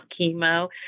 chemo